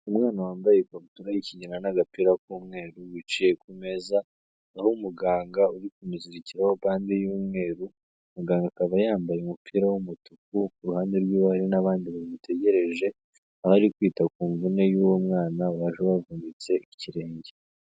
Umwana wambaye ikabutura y'ikingira n'agapira k'umweru wicaye kumeza, naho muganga uri kumuzirikiraho bande y'umweru, muganga akaba yambaye umupira w'umutuku, ku ruhande rw'iwe hari n'abandi bamutegereje, abari kwita ku mvune y'uwo mwana waje wavunitse ikirenge.